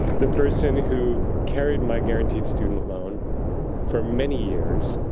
the person who carried my guaranteed student loan for many years